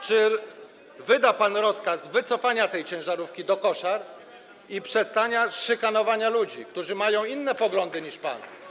Czy wyda pan rozkaz wycofania tej ciężarówki do koszar i przestania szykanowania ludzi, którzy mają inne poglądy niż pan?